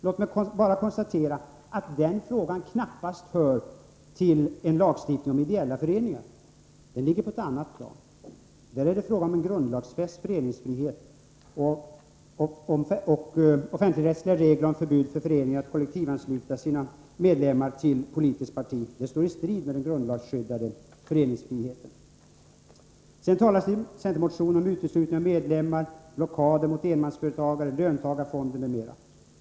Låt mig bara konstatera att den frågan knappast hör till en lagstiftning om ideella föreningar. Den ligger på ett annat plan. Där är det fråga om den grundlagsfästa föreningsfriheten och offentligrättsliga regler om förbud för föreningar att kollektivansluta sina medlemmar till politiskt parti, det står i strid med den grundlagsskyddande föreningsfriheten. Sedan talas det i centermotionen om uteslutning av medlemmar, blockader mot enmansföretagare, löntagarfonder m.m.